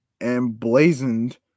emblazoned